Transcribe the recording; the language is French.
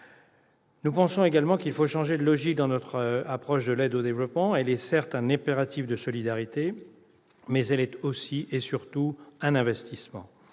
Nous pensons également qu'il faut changer de logique dans notre approche de l'aide au développement. Elle constitue certes un impératif de solidarité, mais elle est aussi et surtout un investissement.